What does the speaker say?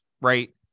Right